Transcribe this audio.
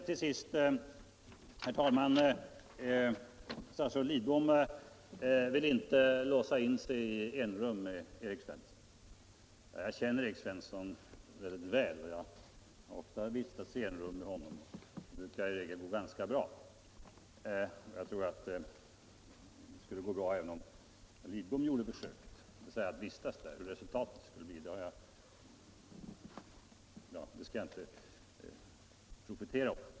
Till sist, herr talman, ville statsrådet Lidbom inte låsa in sig i enrum med Erik Svensson. Ja, jag känner Erik Svensson väldigt väl, och jag har ofta vistats i enrum med honom. Det brukar gå ganska bra, och jag tror att det skulle gå bra även om herr Lidbom gjorde försöket — dvs. att vistas där. Hur resultatet skulle bli skall jag inte profetera om.